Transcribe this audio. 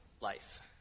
life